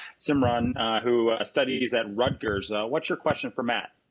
simran who studies at rutgers, what's your question for matt.